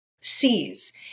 sees